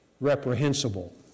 reprehensible